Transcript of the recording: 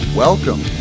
Welcome